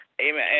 Amen